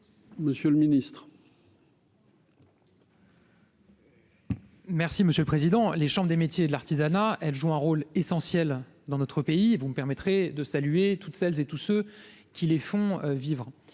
Monsieur le Ministre. Merci monsieur le président, les chambres des métiers de l'artisanat, elle joue un rôle essentiel dans notre pays, vous me permettrez de saluer toutes celles et tous ceux qui les font vivre